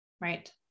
Right